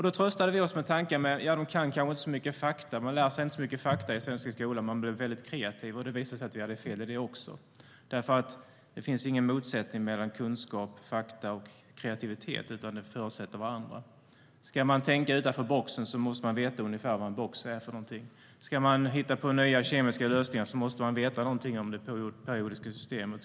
Då tröstade vi oss med tanken: Eleverna lär sig kanske inte så mycket fakta i den svenska skolan, men de blir väldigt kreativa. Det visade sig att vi hade fel i det också. Det finns ingen motsättning mellan kunskap, fakta och kreativitet, utan de förutsätter varandra. Ska man tänka utanför boxen måste man veta ungefär vad en box är för någonting. Ska man hitta på nya kemiska lösningar måste man veta någonting om det periodiska systemet.